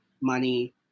money